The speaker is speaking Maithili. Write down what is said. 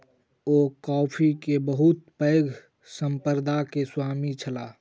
ओ कॉफ़ी के बहुत पैघ संपदा के स्वामी छलाह